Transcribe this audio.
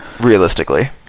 Realistically